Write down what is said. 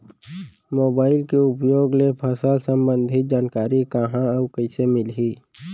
Mobile के उपयोग ले फसल सम्बन्धी जानकारी कहाँ अऊ कइसे मिलही?